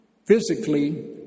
Physically